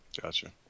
Gotcha